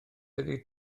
ydy